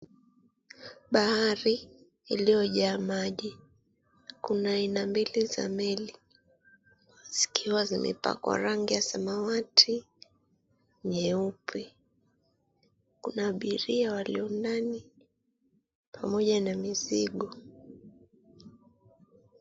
Bahari iliyojaa maji kuna aina mbili za meli zikiwa zimepakwa rangi ya samawati, nyeupe. Kuna abiria walio ndani pamoja na mizigo.